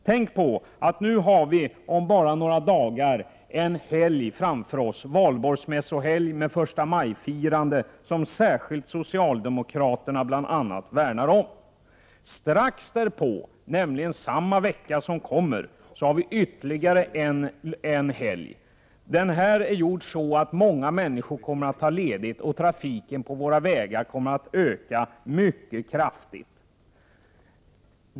Tänk på att vi om bara några dagar har en helg framför oss, Valborgsmässohelgen och första maj-firandet som särskilt socialdemokraterna värnar om. Strax därpå, också i kommande vecka, har vi ytterligare en helg. Den ligger så att många människor kommer att ta ledigt, och trafiken på våra vägar kommer att öka mycket kraftigt.